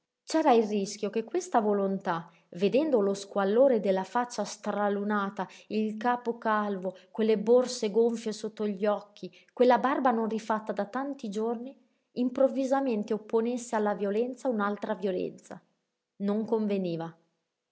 c'era il rischio che questa volontà vedendo lo squallore della faccia stralunata il capo calvo quelle borse gonfie sotto gli occhi quella barba non rifatta da tanti giorni improvvisamente opponesse alla violenza un'altra violenza non conveniva